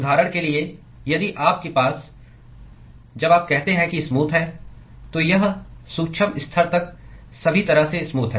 उदाहरण के लिए यदि आपके पास जब आप कहते हैं कि स्मूथ है तो यह सूक्ष्म स्तर तक सभी तरह से स्मूथ है